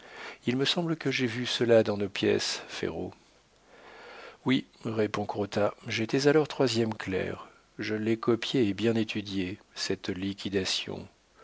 il me semble que j'ai vu cela dans nos pièces ferraud oui répondit crottat j'étais alors troisième clerc je l'ai copiée et bien étudiée cette liquidation